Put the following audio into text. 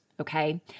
Okay